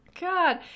God